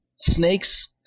snakes